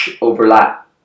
overlap